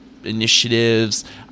initiatives